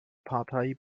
partei